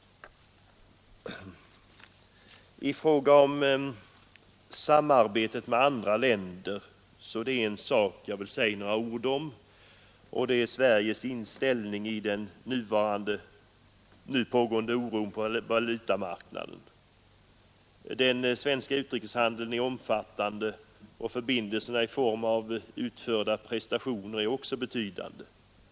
I fråga om samarbetet med andra länder vill jag säga några ord om Sveriges ställning i den nu rådande oron på valutamarknaden. Den svenska utrikeshandeln är omfattande, och förbindelserna i form av utförda prestationer är också betydande.